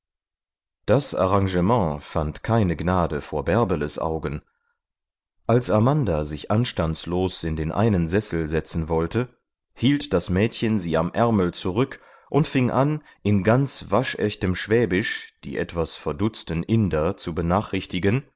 das arrangement fand keine gnade vor bärbeles augen als amanda sich anstandslos in den einen sessel setzen wollte hielt das mädchen sie am ärmel zurück und fing an in ganz waschechtem schwäbisch die etwas verdutzten inder zu benachrichtigen